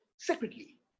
Secretly